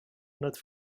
not